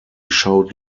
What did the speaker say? showed